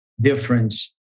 difference